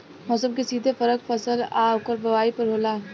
मौसम के सीधे फरक फसल आ ओकर बोवाई पर होला